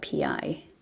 PI